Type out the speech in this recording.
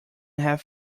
have